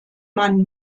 man